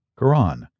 Quran